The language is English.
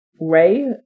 Ray